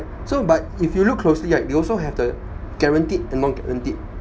so but if you look closely right you also have the guaranteed and non guaranteed